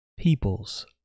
Peoples